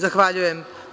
Zahvaljujem.